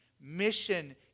Mission